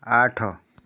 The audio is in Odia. ଆଠ